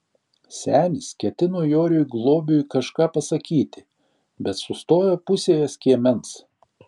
senis ketino joriui globiui kažką pasakyti bet sustojo pusėje skiemens